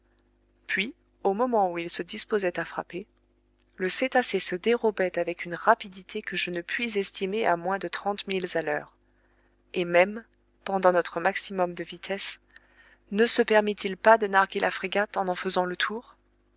puis au moment où il se disposait à frapper le cétacé se dérobait avec une rapidité que je ne puis estimer à moins de trente milles à l'heure et même pendant notre maximum de vitesse ne se permit il pas de narguer la frégate en en faisant le tour